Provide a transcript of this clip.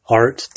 art